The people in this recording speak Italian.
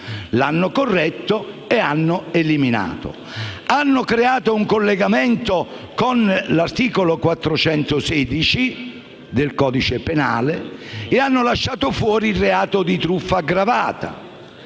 stato corretto ed eliminato. È stato creato un collegamento con l'articolo 416 del codice penale ed è stato lasciato fuori il reato di truffa aggravata,